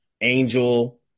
Angel